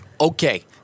Okay